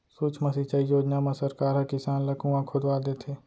सुक्ष्म सिंचई योजना म सरकार ह किसान ल कुँआ खोदवा देथे